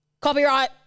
Copyright